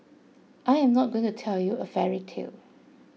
I am not going to tell you a fairy tale